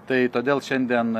tai todėl šiandien